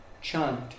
chant